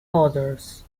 others